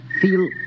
feel